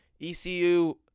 ECU